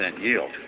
yield